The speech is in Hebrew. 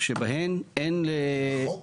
שבהן אין --- בחוק?